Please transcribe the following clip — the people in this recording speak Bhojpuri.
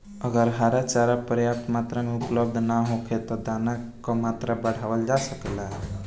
अगर हरा चारा पर्याप्त मात्रा में उपलब्ध ना होखे त का दाना क मात्रा बढ़ावल जा सकेला?